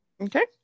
Okay